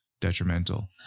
detrimental